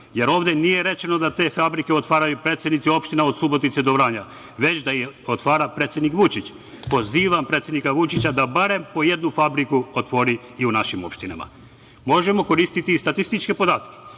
jer ovde nije rečeno da te fabrike otvaraju predsednici opština od Subotice do Vranja, već da ih otvara predsednik Vučić. Pozivam predsednika Vučića da barem po jednu fabriku otvori i u našim opštinama. Možemo koristiti i statističke podatke.